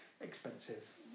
expensive